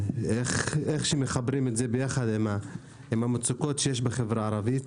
איך מחברים את זה יחד עם המצוקות שיש בחברה הערבית.